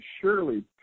surely